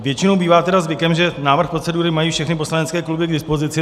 Většinu bývá tedy zvykem, že návrh procedury mají všechny poslanecké kluby k dispozici.